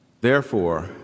Therefore